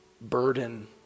burden